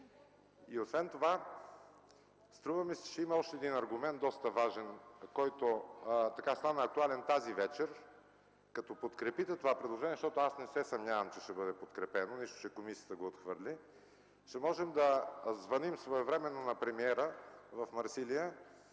Освен това, струва ми се, че има още един доста важен аргумент, който стана актуален тази вечер – като подкрепите това предложение, защото аз не се съмнявам, че ще бъде подкрепено, нищо че комисията го отхвърли, ще можем да звъним своевременно на премиера в Марсилия